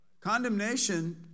Condemnation